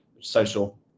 social